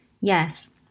Yes